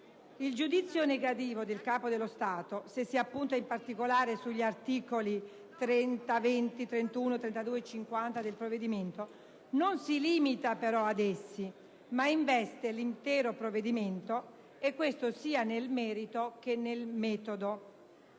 Il giudizio negativo del Capo dello Stato, se si appunta in particolare sugli articoli 20, 30, 31, 32 e 50 del provvedimento, non si limita però a essi ma investe l'intero provvedimento e questo sia nel merito che nel metodo.